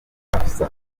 afsa